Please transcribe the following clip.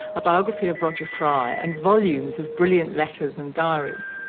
a biography of roger fry, and volumes of brilliant letters and diaries.